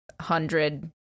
hundred